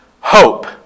hope